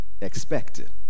expected